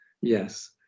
yes